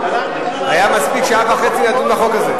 היה מספיק שעה וחצי לדון בחוק הזה.